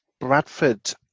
Bradford